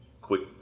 Quick